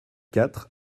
quatre